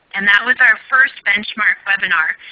and that was our first benchmark webinar.